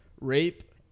rape